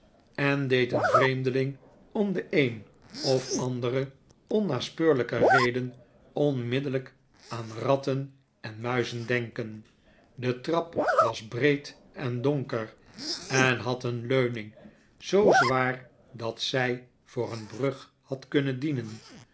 en deed een vreemdeling om de een of andere onnaspeurlijke reden onmiddellijk aan ratten en rauizen denken de trap was breed en donker en had een leuning zoo zwaar dat zij voor een brug had kunnen dienen